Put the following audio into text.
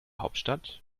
hauptstadt